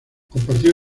compartió